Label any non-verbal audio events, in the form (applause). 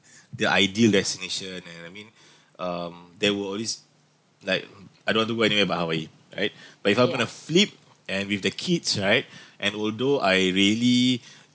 the ideal destination and I mean (breath) um there will always like I don't want to go anywhere but hawaii right but if I wanna flip and with the kids right (breath) and although I really